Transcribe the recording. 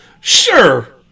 Sure